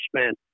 spent